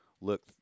look